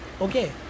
okay